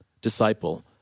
disciple